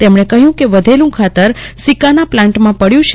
તેમજો કહ્યું કે વવેલુ ખાતર સિક્કાનાં પ્લાન્ટમાં પડ્યું છે